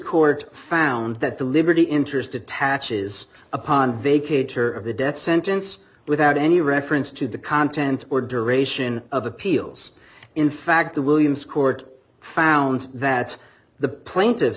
court found that the liberty interest attaches upon vacate or of the death sentence without any reference to the content or duration of appeals in fact the williams court found that the plaintiffs